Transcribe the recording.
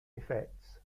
effects